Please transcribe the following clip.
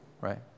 right